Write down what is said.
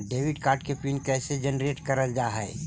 Debit card के PIN कैसे generate करल जाहै?